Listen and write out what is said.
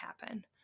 happen